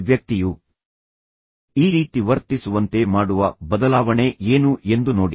ಈ ವ್ಯಕ್ತಿಯು ಈ ರೀತಿ ವರ್ತಿಸುವಂತೆ ಮಾಡುವ ಬದಲಾವಣೆ ಏನು ಎಂದು ನೋಡಿ